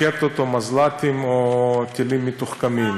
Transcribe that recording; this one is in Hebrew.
רקטות או מזל"טים או טילים מתוחכמים.